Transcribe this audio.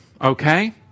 okay